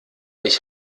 ich